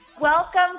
Welcome